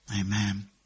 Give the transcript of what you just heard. Amen